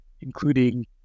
including